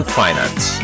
finance